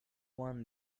one